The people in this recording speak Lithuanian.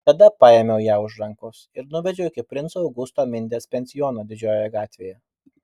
tada paėmiau ją už rankos ir nuvedžiau iki princo augusto mindės pensiono didžiojoje gatvėje